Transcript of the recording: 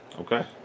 Okay